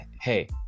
Hey